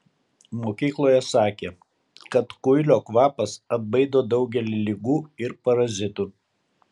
mokykloje sakė kad kuilio kvapas atbaido daugelį ligų ir parazitų